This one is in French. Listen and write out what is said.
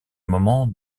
moment